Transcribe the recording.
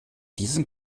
diesem